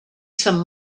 some